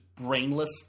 brainless